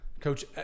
coach